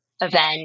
event